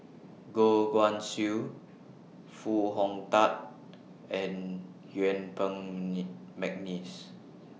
Goh Guan Siew Foo Hong Tatt and Yuen Peng Mcneice